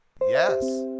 Yes